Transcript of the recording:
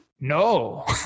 No